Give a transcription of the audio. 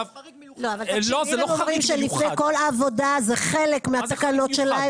לא, זה לא חריג מיוחד.